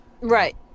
Right